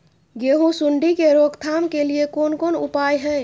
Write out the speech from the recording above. गेहूँ सुंडी के रोकथाम के लिये कोन कोन उपाय हय?